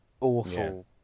awful